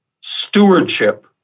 stewardship